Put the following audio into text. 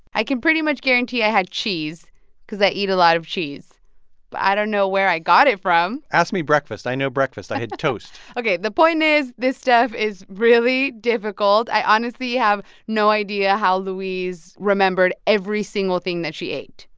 i can pretty much guarantee i had cheese cause i eat a lot of cheese. but i don't know where i got it from ask me breakfast. i know breakfast. i had toast ok. the point is this stuff is really difficult. i honestly have no idea how louise remembered every single thing that she ate.